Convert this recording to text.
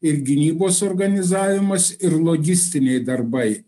ir gynybos organizavimas ir logistiniai darbai